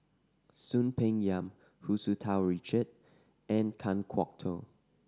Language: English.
Soon Peng Yam Hu Tsu Tau Richard and Kan Kwok Toh